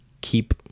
keep